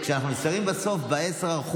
ואנחנו נשארים בסוף ב-10%,